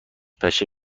پشه